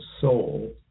soul